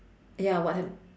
ya what ha~